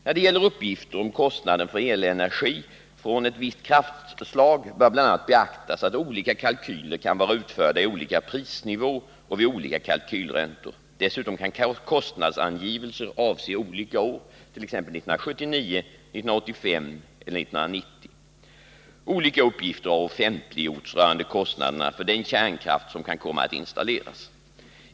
När det gäller uppgifter om kostnaden för elenergi från ett visst kraftslag bör bl.a. beaktas att olika kalkyler kan vara utförda i olika prisnivå, och vid olika kalkylräntor. Dessutom kan kostnadsangivelser avse olika år, t.ex. 1979, 1985 eller 1990. Olika uppgifter har offentliggjorts rörande kostnaderna för den kärnkraft som kan komma att installeras.